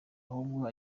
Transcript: ahubwo